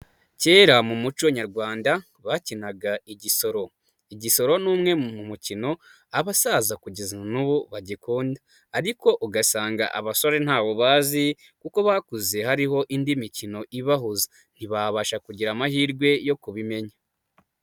Cyera mu muco nyarwanda bakinaga igisoro. Igisoro ni umwe mu mukino abasaza kugeza n'ubu bagikunda ariko ugasanga abasore ntawo bazi kuko bakuze hariho indi mikino ibahuza, ntibabasha kugira amahirwe yo kubimenya.